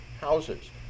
houses